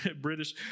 British